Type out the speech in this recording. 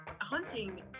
Hunting